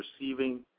receiving